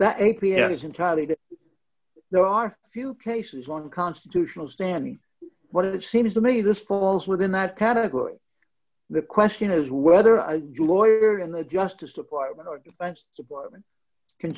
that there are few cases one constitutional standing but it seems to me this falls within that category the question is whether a lawyer in the justice department or defense department can